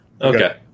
okay